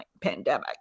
pandemic